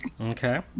Okay